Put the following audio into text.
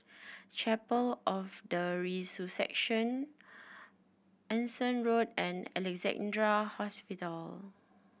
Chapel of the Resurrection Anson Road and Alexandra Hospital